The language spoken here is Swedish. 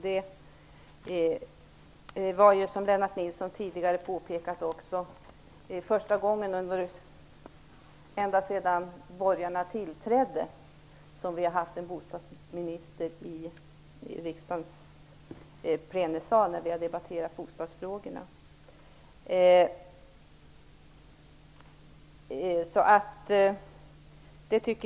Det är, som Lennart Nilsson tidigare påpekat, första gången sedan borgarna tillträdde som vi har haft en bostadsminister i riksdagens plenisal när vi har debatterat bostadsfrågorna.